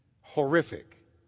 horrific